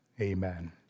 Amen